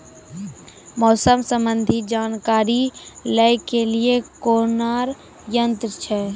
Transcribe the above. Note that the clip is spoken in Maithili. मौसम संबंधी जानकारी ले के लिए कोनोर यन्त्र छ?